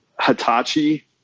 Hitachi